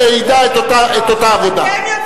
שידע את אותה עבודה.